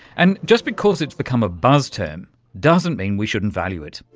and just because it's become a buzz term, doesn't mean we shouldn't value it.